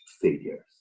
failures